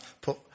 put